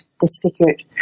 disfigured